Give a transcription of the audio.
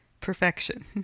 perfection